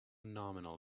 nominal